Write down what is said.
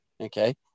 okay